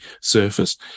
surface